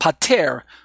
pater